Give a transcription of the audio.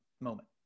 moment